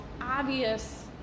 obvious